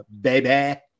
baby